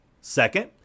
Second